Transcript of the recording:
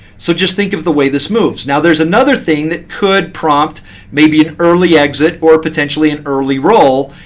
so just think of the way this moves. now there's another thing that could prompt maybe an early exit or potentially an early roll,